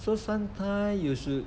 so sometimes you should